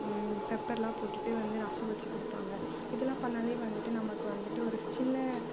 பெப்பர்லாம் போட்டுட்டு வந்து ரசம் வச்சு கொடுப்பாங்க இதெலாம் பண்ணாலே வந்துட்டு நமக்கு வந்துட்டு ஒரு சின்ன